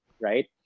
right